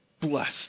blessed